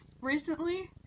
recently